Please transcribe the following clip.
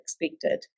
expected